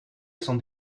some